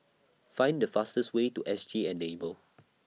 Find The fastest Way to S G Enable